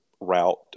route